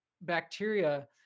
bacteria